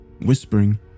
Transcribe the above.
whispering